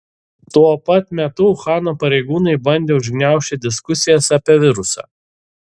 tuo pat metu uhano pareigūnai bandė užgniaužti diskusijas apie virusą